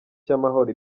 cy’amahoro